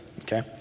okay